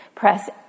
press